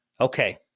Okay